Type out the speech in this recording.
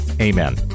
Amen